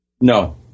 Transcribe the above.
No